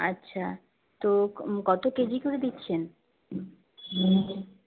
আচ্ছা তো কতো কেজি করে দিচ্ছেন